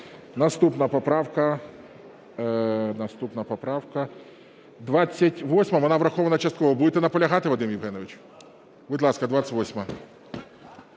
Наступна поправка 28. Вона врахована частково. Будете наполягати, Вадиме Євгеновичу? Будь ласка, 28-а.